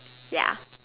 ya